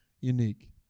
unique